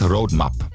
Roadmap